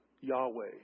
Yahweh